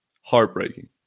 Heartbreaking